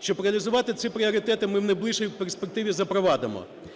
Щоб реалізувати ці пріоритети, ми в найближчій перспективі запровадимо: